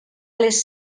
les